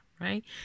right